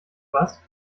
was